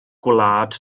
gwlad